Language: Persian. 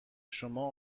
شما